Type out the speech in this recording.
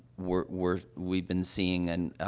we're we're we've been seeing and